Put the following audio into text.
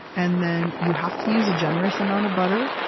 and then you have to use a generous amount of butter.